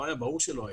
ברור שלא היה.